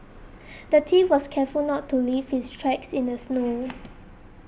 the thief was careful not to leave his tracks in the snow